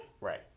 Right